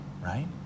right